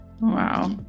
Wow